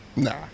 Nah